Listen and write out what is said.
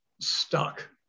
stuck